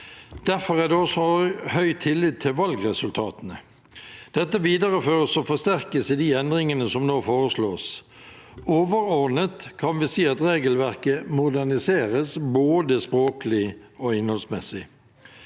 Derfor er det også høy tillit til valgresultatene. Dette videreføres og forsterkes i de endringene som nå foreslås. Overordnet kan vi si at regelverket moderniseres både språklig og innholdsmessig.